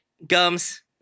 Gums